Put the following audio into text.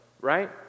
right